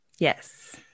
Yes